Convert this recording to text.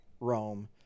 Rome